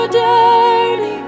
dirty